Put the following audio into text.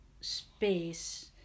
space